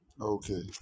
okay